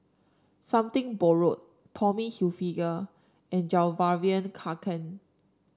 Something Borrowed Tommy Hilfiger and Fjallraven Kanken